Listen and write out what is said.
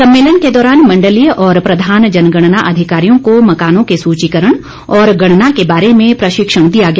सम्मेलन के दौरान मंडलीय और प्रधान जनगणना अधिकारियों को मकानों के सूचीकरण और गणना के बारे में प्रशिक्षण दिया गया